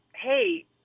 hey